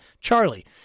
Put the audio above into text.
Charlie